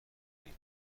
کنیم